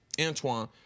Antoine